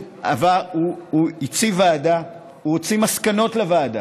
הוא הציב ועדה, הוא הוציא מסקנות לוועדה.